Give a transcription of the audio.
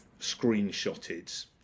screenshotted